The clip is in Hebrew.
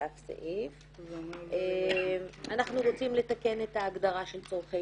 אנחנו רוצים לתקן את ההגדרה של צורכי